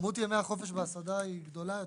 כמות ימי החופש בהסעדה היא גדולה יותר.